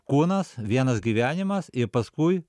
kūnas vienas gyvenimas ir paskui